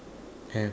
S